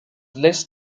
less